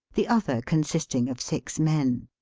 the other consist ing of six men.